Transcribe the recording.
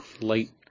light